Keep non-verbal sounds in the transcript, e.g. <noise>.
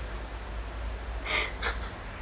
<laughs>